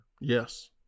Yes